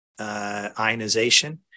ionization